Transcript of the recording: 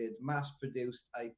mass-produced